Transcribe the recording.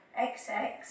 XX